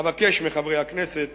אבקש מחברי הכנסת